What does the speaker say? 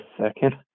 second